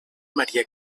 maria